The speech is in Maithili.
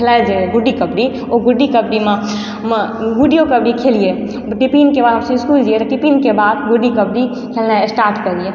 खेलाइत जे रहय गुडी कबड्डी ओ गुडी कबड्डीमे गुडियो कबड्डी खेलियइ टिफिनके बाद हमसब इसकुल जइए तऽ टिफिनके बाद गुडी कबड्डी खेलनाइ स्टार्ट कऽ दियै